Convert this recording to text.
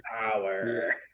power